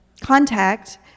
contact